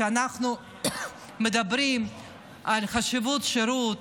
כשאנחנו מדברים על חשיבות השירות,